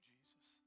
Jesus